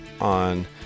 on